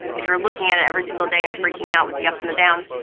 if you're looking at it every single day and freaking out with the ups and the downs,